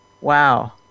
Wow